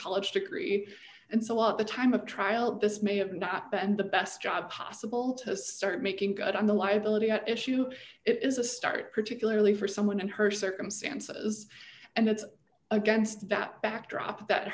college degree and so at the time of trial this may have not been the best job possible to start making good on the liability at issue it is a start particularly for someone in her circumstances and it's against that backdrop that